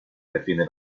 define